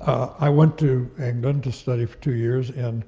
i went to england to study for two years in